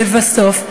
לבסוף,